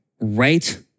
Right